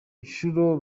nshuro